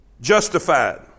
Justified